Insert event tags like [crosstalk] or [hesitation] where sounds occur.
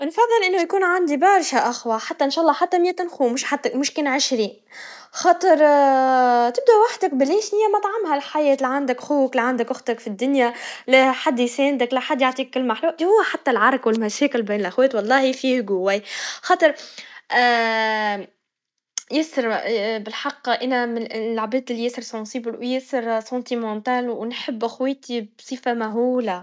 بنفضل إنه تكون عندي بارشا إخوا, حتى انشالا حتى متين خو, مش حت- مشكان عشرين, خاطر [hesitation] تبدا وحدك بلاش متعنها هالحياة, لا عندك خوك لا عندك أختك في الدنيا, لا حد يساندك, لا حد يعطيك كلما حلوا, توا حتى العرك والمشاكل بين الاخوات, واللهي فيهو قوي, خاطر [hesitation] يااسر ب- بالحق أنا من العباد اللي ياسر حساس وياسر مليء بالمشاعر ونحب خواتي بصفا مهولا.